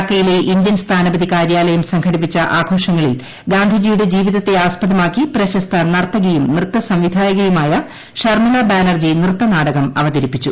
ഡാക്കയിലെ Indian സ്ഥാനപതി കാര്യാലയം സംഘടിപ്പിച്ച ആഘോഷങ്ങളിൽ ഗാന്ധിജിയുടെ ജീവിതത്തെ ആസ്പദമാക്കി പ്രശ്സ്ത നർത്തകിയും നൃത്ത സംവിധായകയുമായ ഷർമ്മിള ബാനർജി നൃത്ത നാടകം അവതരിപ്പിച്ചു